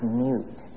mute